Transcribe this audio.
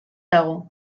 dago